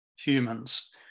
humans